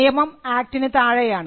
നിയമം ആക്ടിന് താഴെയാണ്